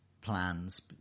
plans